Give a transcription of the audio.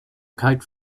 kite